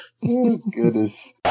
Goodness